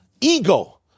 ego